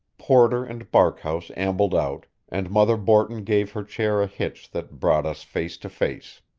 porter and barkhouse ambled out, and mother borton gave her chair a hitch that brought us face to face.